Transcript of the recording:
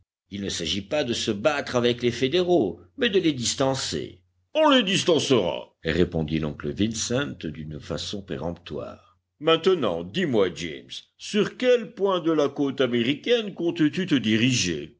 il ne s'agit pas de se battre avec les fédéraux mais de les distancer on les distancera répondit l'oncle vincent d'une façon péremptoire maintenant dis-moi james sur quel point de la côte américaine comptes-tu te diriger